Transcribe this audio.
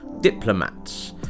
Diplomats